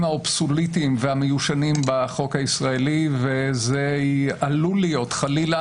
האבסולוטיים והמיושנים בחוק הישראלי וזה עלול להיות חלילה